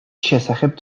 შესახებ